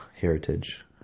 heritage